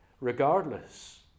regardless